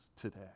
today